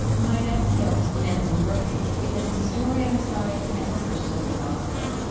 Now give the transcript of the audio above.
my next guest, nancey murphy, is an historian of science and a christian philosopher.